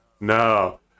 No